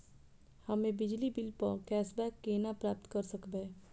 हम्मे बिजली बिल प कैशबैक केना प्राप्त करऽ सकबै?